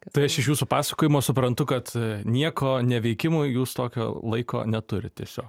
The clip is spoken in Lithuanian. tai aš iš jūsų pasakojimo suprantu kad nieko neveikimui jūs tokio laiko neturit tiesio